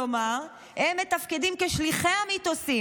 כלומר הם מתפקדים כשליחי המיתוסים.